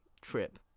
trip